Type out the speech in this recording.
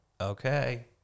okay